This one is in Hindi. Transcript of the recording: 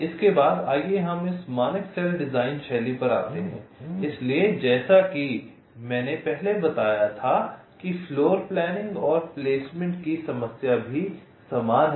इसके बाद आइए हम इस मानक सेल डिज़ाइन शैली पर आते हैं इसलिए जैसा कि मैंने यहां बताया था कि फ्लोरप्लेनिंग और प्लेसमेंट की समस्या भी समान है